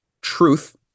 truth